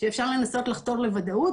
שאפשר לנסות לחתור לוודאות,